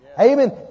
Amen